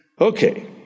Okay